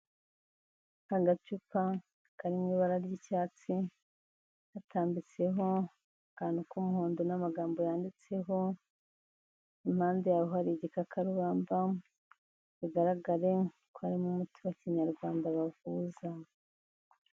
Agacupa kari mu ibara ry'icyatsi, hatambitseho akantu k'umuhondo n'amagambo yanditseho, impande yaho hari igikakarubamba, bigaragare ko harimo umuti wa kinyarwanda bavuza.